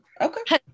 okay